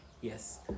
Yes